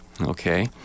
Okay